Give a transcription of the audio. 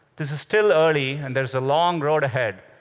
this is still early, and there's a long road ahead,